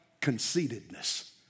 conceitedness